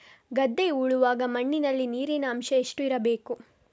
ಗದ್ದೆ ಉಳುವಾಗ ಮಣ್ಣಿನಲ್ಲಿ ನೀರಿನ ಅಂಶ ಎಷ್ಟು ಇರಬೇಕು?